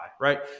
right